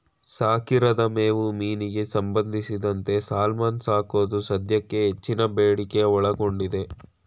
ಸಾಕಿರದ ಮೇವು ಮೀನಿಗೆ ಸಂಬಂಧಿಸಿದಂತೆ ಸಾಲ್ಮನ್ ಸಾಕೋದು ಸದ್ಯಕ್ಕೆ ಹೆಚ್ಚಿನ ಬೇಡಿಕೆ ಒಳಗೊಂಡೈತೆ